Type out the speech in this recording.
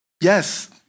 Yes